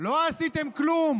לא עשיתם כלום